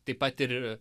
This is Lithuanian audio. taip pat ir